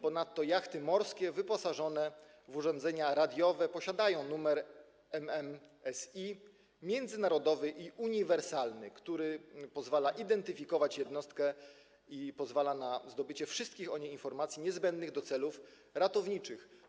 Ponadto jachty morskie wyposażone w urządzenia radiowe posiadają numer MMSI, międzynarodowy i uniwersalny, który pozwala identyfikować jednostkę, a także pozwala na zdobycie o niej wszystkich informacji niezbędnych do celów ratowniczych.